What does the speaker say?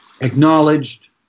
acknowledged